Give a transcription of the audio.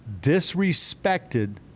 disrespected